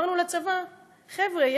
אמרנו לצבא: חבר'ה,